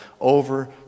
over